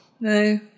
No